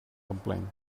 complained